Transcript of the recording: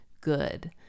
good